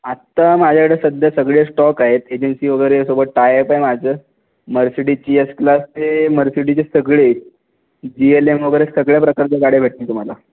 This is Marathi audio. आत्ता माझ्याकडे सध्या सगळे स्टॉक आहेत एजन्सी वगैरे सोबत टायअप आहे माझं मर्सिडीजची एस क्लास ते मर्सिडीजचे सगळे जी एल एम वगैरे सगळ्या प्रकारच्या गाड्या भेटतील तुम्हाला